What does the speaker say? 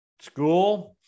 school